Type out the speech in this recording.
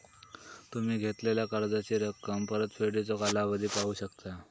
तुम्ही घेतलेला कर्जाची रक्कम, परतफेडीचो कालावधी पाहू शकता